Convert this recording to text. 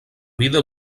vida